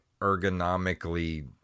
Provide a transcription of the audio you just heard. ergonomically